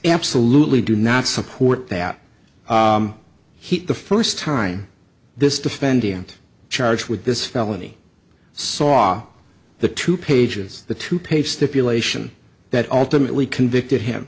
absolutely do not support that heat the first time this defendant charged with this felony saw the two pages the two page stipulation that ultimately convicted him